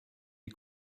die